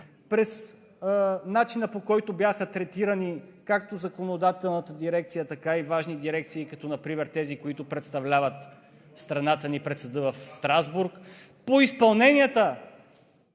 през начина, по който бяха третирани както законодателната дирекция, така и важни дирекции, като например тези, които представляват страната ни пред Съда в Страсбург, по изпълненията